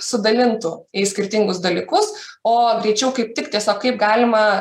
sudalintų į skirtingus dalykus o greičiau kaip tik tiesiog kaip galima